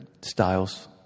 styles